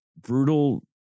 brutal